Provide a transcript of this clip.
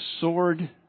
sword